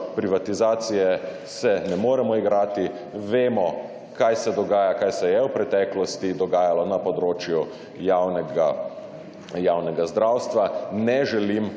privatizacije se ne moremo igrati, vemo, kaj se dogaja, kaj se je v preteklosti dogajalo na področju javnega zdravstva, ne želim, da